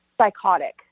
psychotic